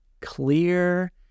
clear